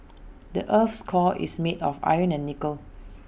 the Earth's core is made of iron and nickel